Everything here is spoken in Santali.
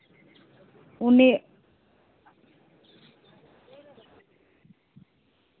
ᱩᱱᱤ